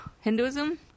Hinduism